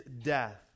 death